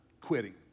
quitting